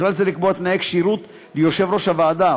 ובכלל זה לקבוע תנאי כשירות ליושב-ראש הוועדה,